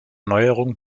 neuerung